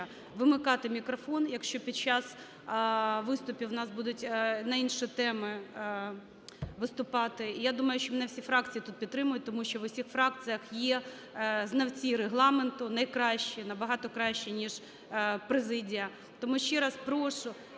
вимикати мікрофон, якщо під час виступів у нас будуть на інші теми виступати. І я думаю, що мене всі фракції тут підтримують, тому що в усіх фракціях є знавці Регламенту найкращі, набагато кращі, ніж президія. Тому ще раз прошу,